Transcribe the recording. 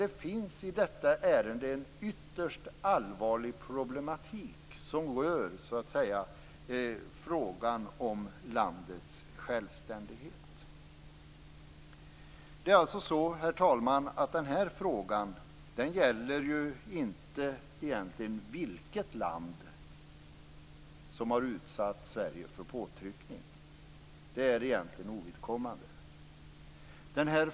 Det finns i detta ärende dock en ytterst allvarlig problematik, som rör frågan om landets självständighet. Herr talman! Den här frågan gäller alltså egentligen inte vilket land som har utsatt Sverige för påtryckning. Det är egentligen ovidkommande.